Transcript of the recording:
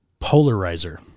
Polarizer